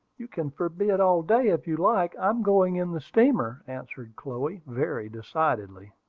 you can forbid all day if you like i'm going in the steamer! answered chloe, very decidedly.